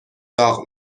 داغ